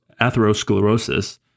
atherosclerosis